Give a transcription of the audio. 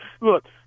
Look